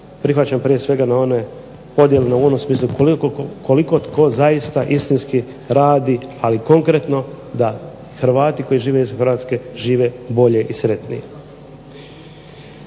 prihvaćam podijele u onom smislu koliko tko zaista istinski radi, ali konkretno da Hrvati koji žive izvan Hrvatske žive bolje i sretnije.